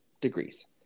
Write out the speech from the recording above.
degrees